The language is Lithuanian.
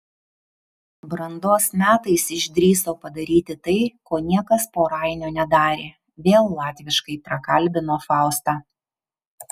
brandos metais išdrįso padaryti tai ko niekas po rainio nedarė vėl latviškai prakalbino faustą